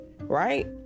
right